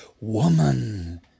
woman